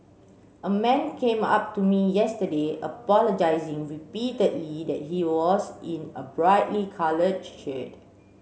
a man came up to me yesterday apologising repeatedly that he was in a brightly coloured shirt